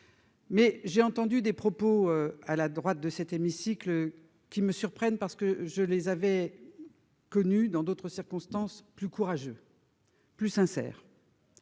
Mais j'ai entendu des propos à la droite de cet hémicycle qui me surprennent parce que je les avais connu dans d'autres circonstances plus courageux, plus sincère